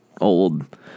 old